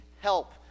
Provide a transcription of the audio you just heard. help